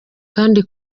kandi